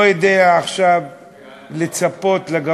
אני לא נפגעתי.